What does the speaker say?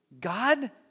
God